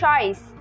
choice